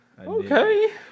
Okay